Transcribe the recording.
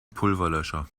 pulverlöscher